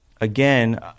again